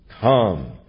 come